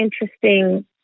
interesting